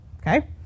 okay